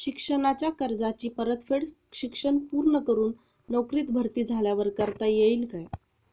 शिक्षणाच्या कर्जाची परतफेड शिक्षण पूर्ण करून नोकरीत भरती झाल्यावर करता येईल काय?